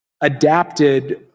adapted